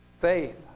Faith